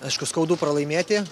aišku skaudu pralaimėti